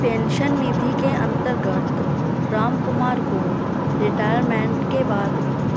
pension निधि के अंतर्गत रामकुमार को रिटायरमेंट के बाद भी